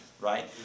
right